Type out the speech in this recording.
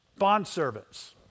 bondservants